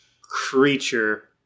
creature